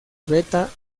beta